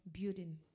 building